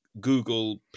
Google